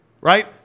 Right